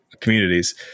communities